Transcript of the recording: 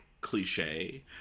cliche